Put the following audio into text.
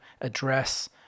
address